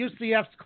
UCF's